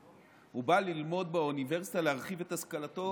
הוא בא ללמוד באוניברסיטה כדי להרחיב את השכלתו